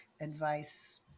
advice